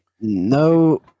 No